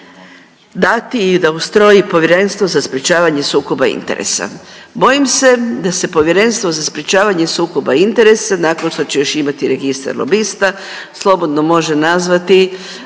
dati i da ustroji Povjerenstvo za sprječavanje sukoba interesa. Bojim se da se Povjerenstvo za sprječavanje sukoba interesa nakon što će još imati registar lobista, slobodno može nazvati